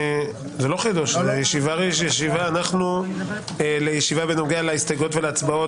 אנחנו בישיבה בנוגע להסתייגויות ולהצבעות